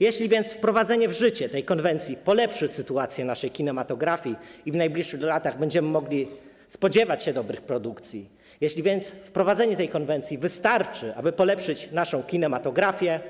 Jeśli więc wprowadzenie w życie tej konwencji polepszy sytuację naszej kinematografii i w najbliższych latach będziemy mogli spodziewać się dobrych produkcji i jeśli wprowadzenie tej konwencji wystarczy, aby polepszyć naszą kinematografię,